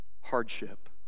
hardship